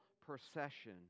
procession